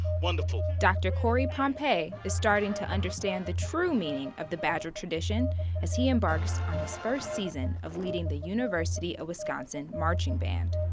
wonderful. dr. corey pompey is starting to understand the true meaning of the badger tradition as he embarks on his first season of leading the university of wisconsin marching band.